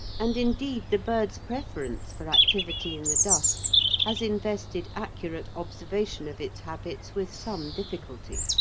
and indeed the bird's preference for activity in the dusk has invested accurate observation of its habits with some difficulty.